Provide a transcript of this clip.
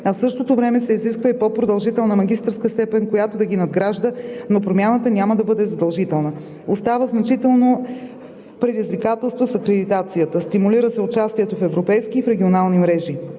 а в същото време се изисква и по-продължителна магистърска степен, която да ги надгражда, но промяната няма да бъде задължителна. Остава значителното предизвикателство с акредитацията. Стимулира се участието в европейски и в регионални мрежи.